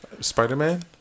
Spider-Man